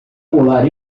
pular